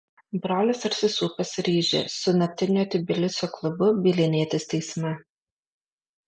brolis ir sesuo pasiryžę su naktinio tbilisio klubu bylinėtis teisme